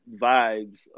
vibes